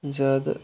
زیادٕ